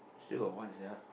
still got what sia